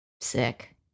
Sick